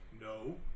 no